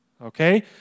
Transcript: Okay